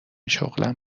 شغلم